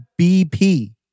BP